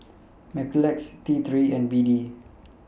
Mepilex T three and B D